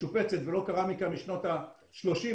משופצת ולא קרמיקה משנות ה-30,